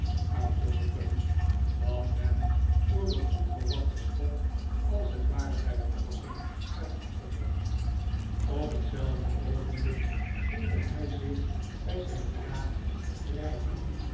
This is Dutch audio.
uit te roepen dat hem door den onverwachten schok als het ware bij verrassing werd afgedwongen op hetzelfde oogenblik voelde hij zich bij zijn kraag grijpen